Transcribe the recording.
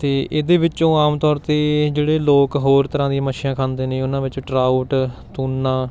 ਅਤੇ ਇਹਦੇ ਵਿੱਚੋਂ ਆਮ ਤੌਰ 'ਤੇ ਜਿਹੜੇ ਲੋਕ ਹੋਰ ਤਰ੍ਹਾਂ ਦੀ ਮੱਛੀਆਂ ਖਾਂਦੇ ਨੇ ਉਹਨਾਂ ਵਿੱਚ ਟਰਾਊਟ ਤੂਨਾ